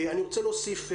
אני רוצה להוסיף.